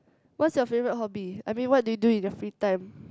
what's your favourite hobby I mean what do you do in your free time